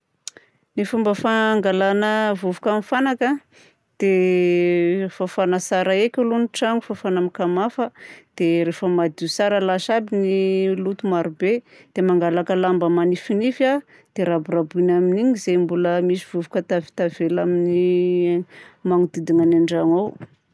Ny fomba fangalana vovoka amin'ny fanaka dia fafana tsara heko aloha ny tragno fafana tsara amin'ny kamafa. Dia rehefa madio tsara lasa aby ny loto marobe dia mangalaka lamba manifinify a dia raboraboina amin'iny izay mbola misy vovoka tavitavela amin'ny manodidina ny an-drano ao.